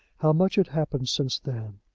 how much had happened since then!